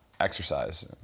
Exercise